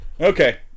Okay